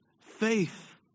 Faith